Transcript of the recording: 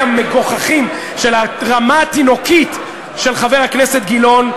המגוחכים של הרמה התינוקית של חבר הכנסת גילאון.